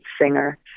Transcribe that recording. singer